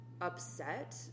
upset